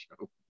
show